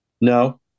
No